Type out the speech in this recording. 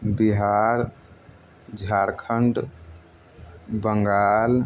Bihar Jharkhand Bengal